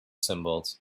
symbols